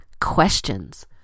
questions